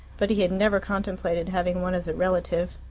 but he had never contemplated having one as a relative.